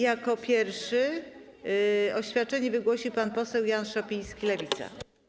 Jako pierwszy oświadczenie wygłosi pan poseł Jan Szopiński, Lewica.